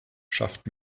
schafft